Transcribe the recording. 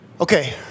Okay